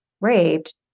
raped